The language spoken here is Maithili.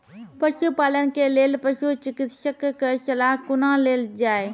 पशुपालन के लेल पशुचिकित्शक कऽ सलाह कुना लेल जाय?